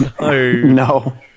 No